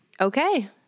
Okay